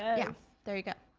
yeah. there ya go.